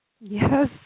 Yes